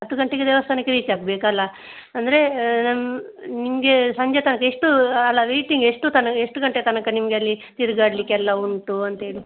ಹತ್ತು ಗಂಟೆಗೆ ದೇವಸ್ಥಾನಕ್ಕೆ ರೀಚ್ ಆಗಬೇಕಲ್ಲಾ ಅಂದರೇ ನಮ್ ನಿಮಗೆ ಸಂಜೆ ತನಕ ಎಷ್ಟು ಅಲ್ಲಾ ವೆಯ್ಟಿಂಗ್ ಎಷ್ಟು ತನಕ ಎಷ್ಟು ಗಂಟೆ ತನಕ ನಿಮಗೆ ಅಲ್ಲಿ ತಿರುಗಾಡಲಿಕ್ಕೆ ಎಲ್ಲ ಉಂಟು ಅಂತ ಹೇಳಿ